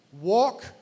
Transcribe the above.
Walk